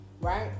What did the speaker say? right